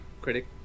critic